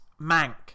Mank